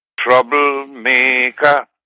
troublemaker